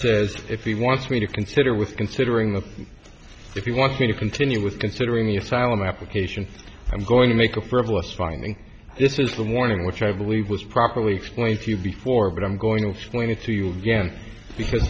says if he wants me to consider with considering the if you want me to continue with considering the asylum application i'm going to make a frivolous filing this is a warning which i believe was properly explained to you before but i'm going to explain it to you again because